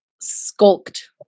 Skulked